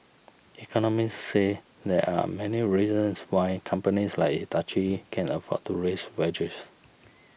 economists say there are many reasons why companies like Hitachi can afford to raise wages